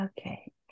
Okay